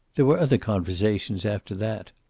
there were other conversations after that.